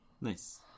Nice